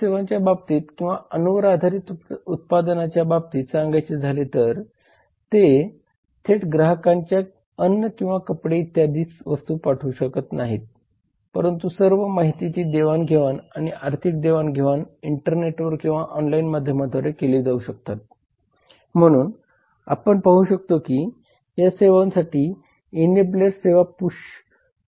समाजाचे हित जपणे त्यांच्या उत्पादनांद्वारे किंवा उत्पादन प्रक्रियेद्वारे तयार केलेल्या सामाजिक खर्चासह व्यवसायांवर शुल्क आकारणे आहे